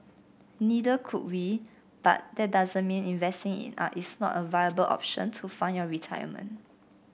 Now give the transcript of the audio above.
neither could we but that doesn't mean investing in art is not a viable option to fund your retirement